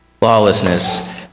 lawlessness